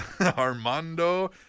Armando